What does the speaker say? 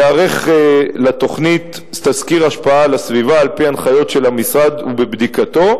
ייערך לתוכנית תסקיר השפעה על הסביבה על-פי הנחיות של המשרד ובבדיקתו,